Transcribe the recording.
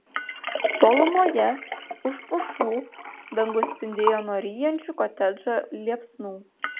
tolumoje už pušų dangus spindėjo nuo ryjančių kotedžą liepsnų